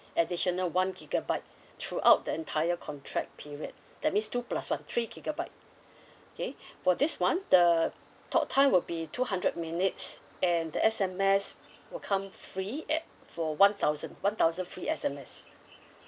additional one gigabyte throughout the entire contract period that means two plus one three gigabyte okay for this [one] the talktime will be two hundred minutes and the S_M_S will come free at for one thousand one thousand free S_M_S